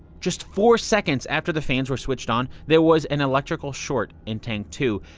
just four seconds after the tanks were switched on, there was an electrical short in tank two.